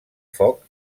foc